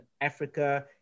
Africa